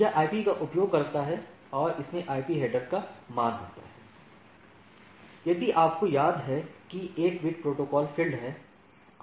यह IP का उपयोग करता है और इसमें IP हेडर का मान होता है यदि आपको याद है कि 8 बिट प्रोटोकॉल फ़ील्ड है